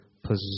position